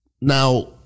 Now